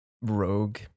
rogue